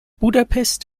budapest